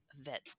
Vet